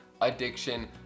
addiction